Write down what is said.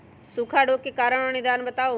सूखा रोग के कारण और निदान बताऊ?